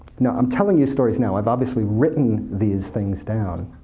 now, i'm telling you stories now. i've obviously written these things down,